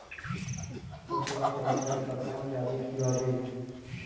ফসল তাড়াতাড়ি পাকানো যাবে কিভাবে?